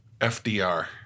FDR